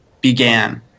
began